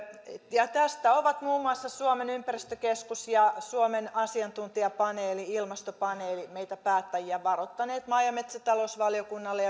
tästä ovat muun muassa suomen ympäristökeskus ja suomen asiantuntijapaneeli ilmastopaneeli meitä päättäjiä varoittaneet maa ja metsätalousvaliokunnalle